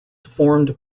formed